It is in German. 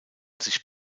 sich